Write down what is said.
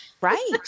Right